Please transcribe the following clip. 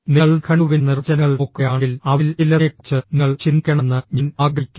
നിങ്ങൾ നിഘണ്ടുവിന്റെ നിർവചനങ്ങൾ നോക്കുകയാണെങ്കിൽ അവയിൽ ചിലതിനെക്കുറിച്ച് നിങ്ങൾ ചിന്തിക്കണമെന്ന് ഞാൻ ആഗ്രഹിക്കുന്നു